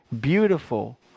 beautiful